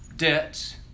debts